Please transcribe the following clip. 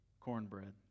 Cornbread